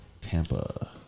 Tampa